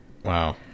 Wow